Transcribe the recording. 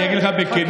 אגיד לך בכנות,